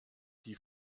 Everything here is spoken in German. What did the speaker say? die